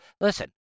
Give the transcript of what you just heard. Listen